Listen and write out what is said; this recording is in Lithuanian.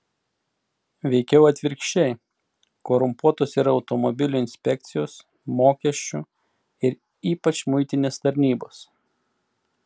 veikiau atvirkščiai korumpuotos yra automobilių inspekcijos mokesčių ir ypač muitinės tarnybos